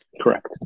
correct